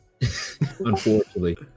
unfortunately